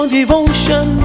devotion